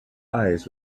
eyes